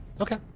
Okay